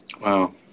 Wow